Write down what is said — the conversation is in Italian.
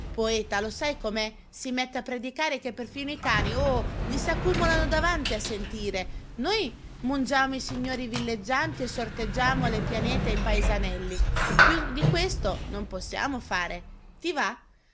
poeta lo sai com'è si mette a predicare che perfino i cani oh gli s'acculano davanti a sentire noi mungiamo i signori villeggianti e sorteggiamo le pianete ai paesanelli più di questo non possiamo fare ti va